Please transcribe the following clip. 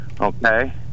Okay